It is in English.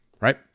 right